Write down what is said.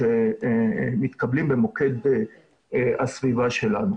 לתלונות שמתקבלות במוקד הסביבה שלנו.